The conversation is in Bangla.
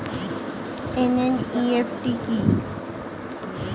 এন.ই.এফ.টি কি?